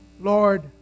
Lord